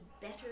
better